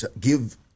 give